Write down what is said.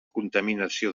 contaminació